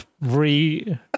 re